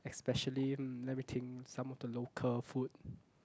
especially mm let me think some of the local food